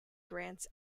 grants